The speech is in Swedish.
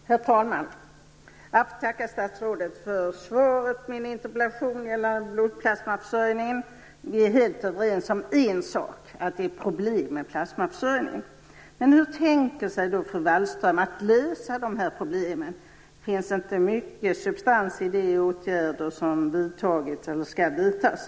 Herr talman! Jag får tacka statsrådet för svaret på min interpellation gällande blodplasmaförsörjningen. Vi är helt överens om en sak, att det är problem med plasmaförsörjningen. Men hur tänker sig då fru Wallström att lösa problemen. Det finns inte mycket substans i de åtgärder som har vidtagits eller skall vidtas.